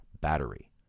battery